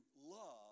love